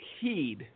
heed